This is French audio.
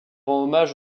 hommage